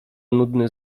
nudny